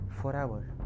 forever